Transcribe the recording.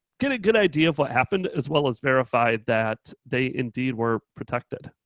get a good idea of what happened as well as verify that they indeed were protected.